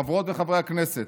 חברות וחברי הכנסת,